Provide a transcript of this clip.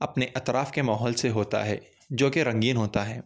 اپنے اطراف کے ماحول سے ہوتا ہے جو کہ رنگین ہوتا ہے